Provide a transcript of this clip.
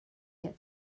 had